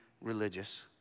religious